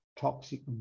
toxic